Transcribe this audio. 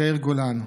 יאיר גולן.